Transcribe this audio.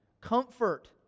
Comfort